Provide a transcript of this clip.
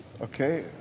Okay